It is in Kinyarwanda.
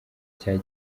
cya